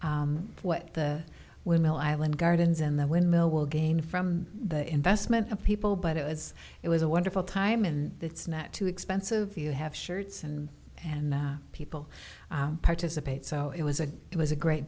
tabulating what the will island gardens and the windmill will gain from the investment of people but it was it was a wonderful time and it's not too expensive you have shirts and and people participate so it was a it was a great